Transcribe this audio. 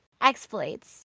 exploits